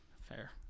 Fair